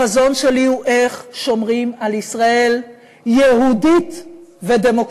החזון שלי הוא איך שומרים על ישראל יהודית ודמוקרטית.